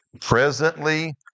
presently